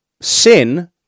sin